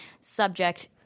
subject